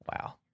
wow